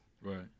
Right